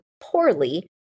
poorly